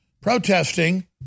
protesting